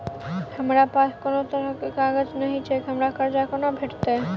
हमरा पास कोनो तरहक कागज नहि छैक हमरा कर्जा कोना भेटत?